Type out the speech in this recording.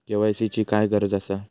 KYC ची काय गरज आसा?